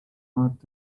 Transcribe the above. earth